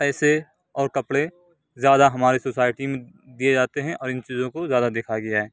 پیسے اور کپڑے زیادہ ہماری سوسائٹی میں دیے جاتے ہیں اور ان چیزوں کو زیادہ دیکھا گیا ہے